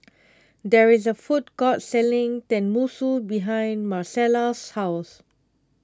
there is a food court selling Tenmusu behind Marcela's house